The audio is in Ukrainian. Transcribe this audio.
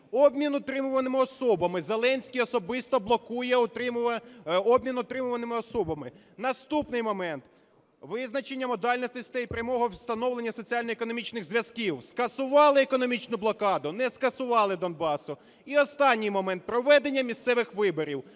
обмін утримуваними особами. Зеленський особисто блокує обмін утримуваними особами. Наступний момент: визначення модальностей прямого встановлення соціально-економічних зв'язків. Скасували економічну блокаду? Не скасували Донбасу. І останній момент: проведення місцевих виборів.